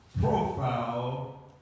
profile